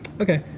Okay